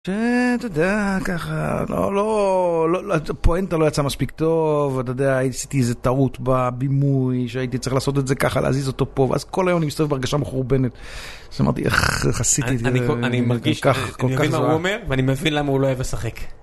ש... אתה יודע, ככה, לא, לא, הפואנטה לא יצאה מספיק טוב ואתה יודע עשיתי איזה טעות בבימוי שהייתי צריך לעשות את זה ככה, להזיז אותו פה, ואז כל היום אני מסתובב בהרגשה מחורבנת. אז אמרתי איך, איך עשיתי את זה כל כך רע. אני מבין מה הוא אומר ואני מבין למה הוא לא אוהב לשחק.